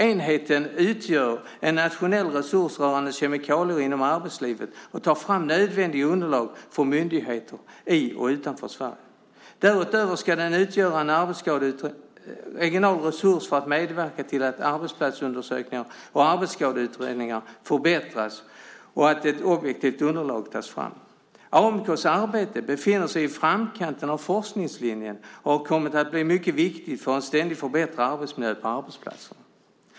Enheten utgör en nationell resurs rörande kemikalier inom arbetslivet och tar fram nödvändiga underlag för myndigheter i och utanför Sverige. Därutöver ska den utgöra en regional resurs för att medverka till att arbetsplatsundersökningar och arbetsskadeutredningar förbättras och att ett objektivt underlag tas fram. AMK:s arbete befinner sig i framkanten av forskningslinjen och har kommit att bli mycket viktigt för en ständigt förbättrad arbetsmiljö på arbetsplatserna.